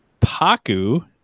Paku